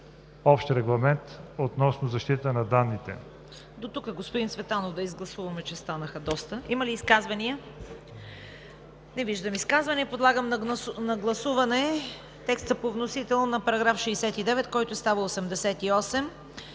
(Общ регламент относно защитата на данните),